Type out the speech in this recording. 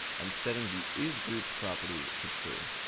and setting the isgroup property to true.